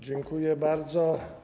Dziękuję bardzo.